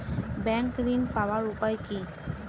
Bank ঋণ পাওয়ার উপায় কি?